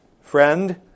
Friend